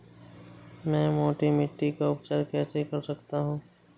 मैं मोटी मिट्टी का उपचार कैसे कर सकता हूँ?